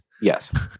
Yes